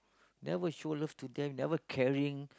never show love to them never caring